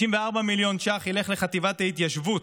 94 מיליון שקלים ילכו לחטיבת ההתיישבות,